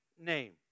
name